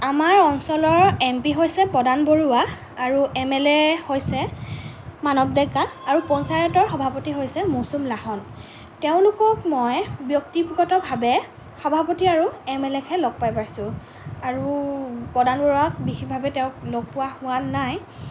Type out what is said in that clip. আমাৰ অঞ্চলৰ M P হৈছে প্ৰদান বৰুৱা আৰু এম এল এ হৈছে মানৱ ডেকা আৰু পঞ্চায়তৰ সভাপতি হৈছে মৌচুম লাহন তেওঁলোকক মই ব্যক্তিগতভাৱে সভাপতি আৰু এম এল একহে লগ পাই পাইছোঁ আৰু প্ৰদান বৰুৱাক বিশেষভাৱে তেওঁক লগ পোৱা হোৱা নাই